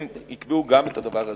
הם יקבעו גם את הדבר הזה.